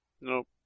nope